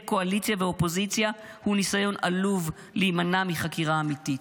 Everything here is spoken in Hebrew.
קואליציה ואופוזיציה הוא ניסיון עלוב להימנע מחקירה אמיתית.